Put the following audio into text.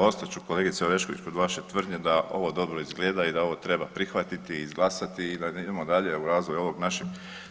Evo ostat ću kolegice Orešković kod vaše tvrdnje da ovo dobro izgleda i da ovo treba prihvatiti, izglasati i da idemo dalje u razvoj ovog našeg